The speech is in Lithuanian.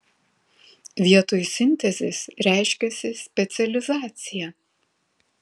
vietoj sintezės reiškiasi specializacija